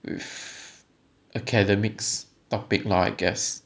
with academics topic lor I guess